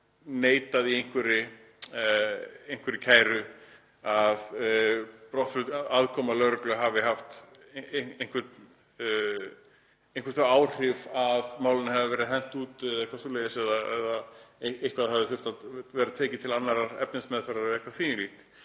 neitað í einhverri kæru að aðkoma lögreglu hafi haft einhver þau áhrif að málinu hafi verið hent út eða eitthvað svoleiðis eða eitthvað hafi þurft að taka til annarrar efnismeðferðar eða eitthvað því um líkt,